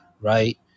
Right